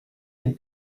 had